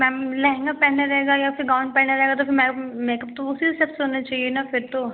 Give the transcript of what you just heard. ma'am lehenga पहने रहेगा या फिर गाउन पहने रहगा तो फिर मैम मेकअप तो उसी हिसाब से होना चहिए ना फिर तो